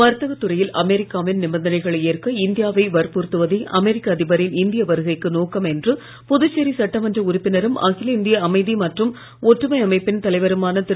வர்த்தகத் துறையில் அமெரிக்காவின் நிபந்தனைகளை ஏற்க இந்தியாவை வற்புறுத்துவதே அமெரிக்க அதிபரின் இந்திய வருகைக்கு நோக்கம் என்று புதுச்சேரி சட்டமன்ற உறுப்பினரும் அகில இந்திய அமைதி மற்றும் ஒற்றுமை அமைப்பின் தலைவருமான திரு